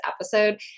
episode